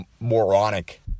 moronic